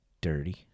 Dirty